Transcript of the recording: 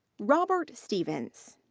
robert stevens.